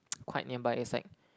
quite nearby inside